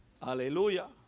Aleluya